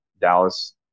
Dallas